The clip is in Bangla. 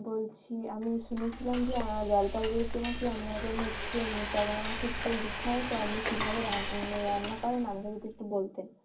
বলছি আমি শুনেছিলাম যে জলপাইগুড়িতে না কি আপনাদের হচ্ছে ট্যাংরা মাছের ঝোল বিখ্যাত তো আপনি কীভাবে রান্না করেন আমাকে যদি একটু বলতেন